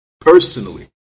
personally